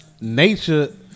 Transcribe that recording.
Nature